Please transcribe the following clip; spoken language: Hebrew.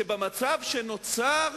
שבמצב שנוצר